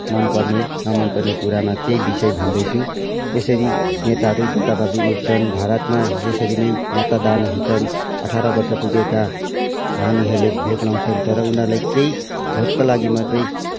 मनपर्ने नमनपर्ने कुरामा केही विषय भन्दैछु यसरी नेताहरू जताभावी उठ्छन् भारतमा यसरी नै मतदान हुन्छन् अठार वर्ष पुगेका नानीहरूले भोट लाउँछन् तर उनीहरूलाई केही भोटका लागि मात्रै